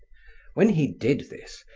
when he did this,